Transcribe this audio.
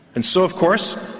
and so of course